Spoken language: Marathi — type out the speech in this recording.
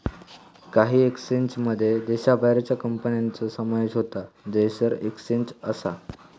काही एक्सचेंजमध्ये देशाबाहेरच्या कंपन्यांचो समावेश होता जयसर एक्सचेंज असा